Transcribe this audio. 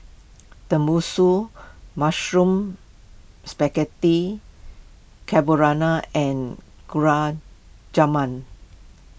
Tenmusu Mushroom Spaghetti Carbonara and Gulab Jamun